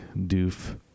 doof